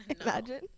imagine